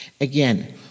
Again